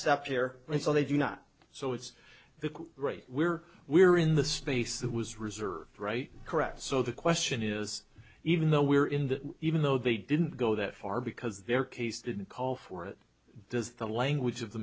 step here and so they do not so it's the rate we're we're in the space that was reserved right correct so the question is even though we're in that even though they didn't go that far because their case didn't call for it does the language of the